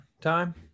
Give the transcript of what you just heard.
time